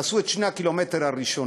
תעשו את 2 הקילומטרים הראשונים.